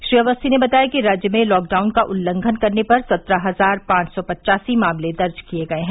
श्री अवस्थी ने बताया कि राज्य में लॉकडाउन का उल्लंघन करने पर सत्रह हजार पांच सौ पच्चासी मामले दर्ज किये गये हैं